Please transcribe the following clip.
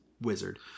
wizard